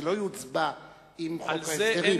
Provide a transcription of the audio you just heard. זה לא יוצבע עם חוק ההסדרים.